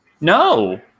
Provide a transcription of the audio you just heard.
No